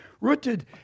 Rooted